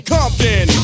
Compton